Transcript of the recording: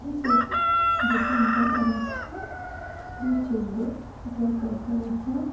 بہٕ چھَس گُپَن تہِ رَچھان بیٚیہِ چھَس بہٕ کۄکَر تہِ رَچھان